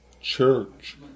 church